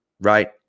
right